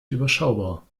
überschaubar